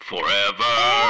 forever